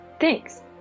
Thanks